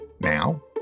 now